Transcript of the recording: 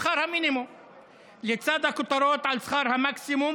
שכר המינימום לצד הכותרות על שכר המקסימום